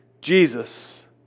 Jesus